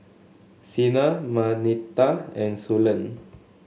Sina Marnita and Suellen